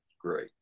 Great